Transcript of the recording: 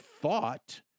thought